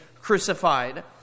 crucified